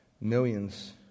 millions